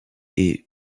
est